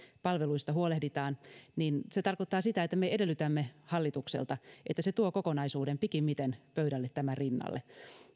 palveluista huolehditaan niin se tarkoittaa sitä että me edellytämme hallitukselta että se tuo pikimmiten kokonaisuuden pöydälle tämän rinnalle